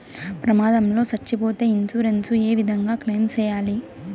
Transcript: ప్రమాదం లో సచ్చిపోతే ఇన్సూరెన్సు ఏ విధంగా క్లెయిమ్ సేయాలి?